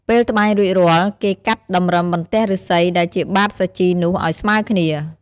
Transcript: ពេលត្បាញរួចរាល់ គេកាត់តម្រឹមបន្ទះឫស្សីដែលជាបាតសាជីនោះឲ្យស្មើគ្នា។